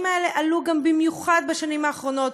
והדברים האלה עלו במיוחד בשנים האחרונות,